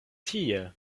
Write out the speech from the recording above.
tie